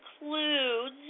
includes